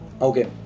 okay